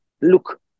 Look